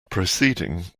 proceeding